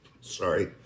Sorry